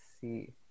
see